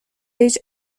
هیچ